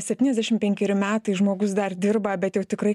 septyniasdešim penkeri metai žmogus dar dirba bet jau tikrai